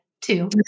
two